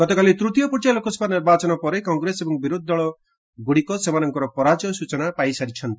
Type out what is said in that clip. ଗତକାଲି ତୃତୀୟ ପର୍ଯ୍ୟାୟ ଲୋକସଭା ନିର୍ବାଚନ ପରେ କଂଗ୍ରେସ ଏବଂ ବିରୋଧୀ ଦଳଗୁଡିକର ସେମାନଙ୍କ ପରାଜୟର ସଚନା ପାଇ ସାରିଛନ୍ତି